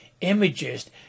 images